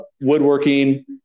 woodworking